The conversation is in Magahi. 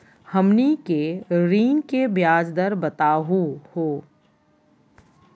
हमनी के ऋण के ब्याज दर बताहु हो?